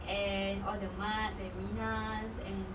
and all the mats and minahs and